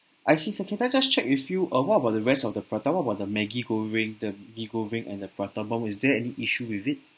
I see sir can I just check with you uh what about the rest of the prata what about the Maggi goreng the mee goreng and the prata bomb is there any issue with it